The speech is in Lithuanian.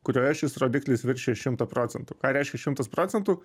kurioje šis rodiklis viršyja šimtą procentų ką reiškia šimtas procentų